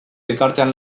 elkartean